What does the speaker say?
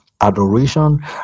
adoration